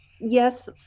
yes